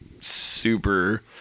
Super